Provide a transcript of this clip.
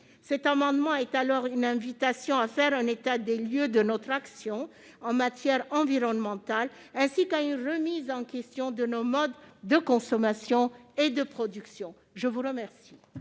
Cet amendement est donc une invitation à faire un état des lieux de notre action en matière environnementale, ainsi qu'à remettre en question nos modes de consommation et de production. La commission